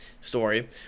story